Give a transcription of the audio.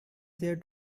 there